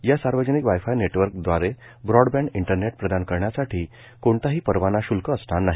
या सार्वजनिक wifi नेटवर्कद्वारे ब्रॉडबँड इंटरनेट प्रदान करण्यासाठी कोणताही परवाना श्ल्क असणार नाही